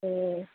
ए